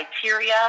criteria